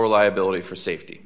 reliability for safety